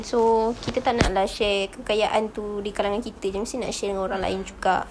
so kita tak nak lah share kekayaan itu di kalangan kita saja kita mesti nak share dengan orang lain juga